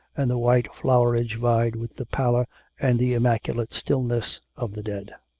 and the white flowerage vied with the pallor and the immaculate stillness of the dead.